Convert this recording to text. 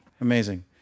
Amazing